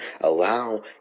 allow